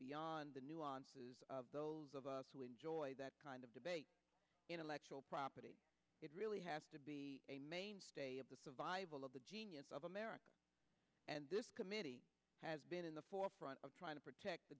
beyond the nuances of those of us who enjoy that kind of debate intellectual property it really has to be a mainstay of the survival of the genius of america and this committee has been in the forefront of trying to protect the